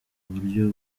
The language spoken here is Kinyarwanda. buryo